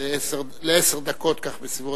לעשר דקות, ככה בסביבות.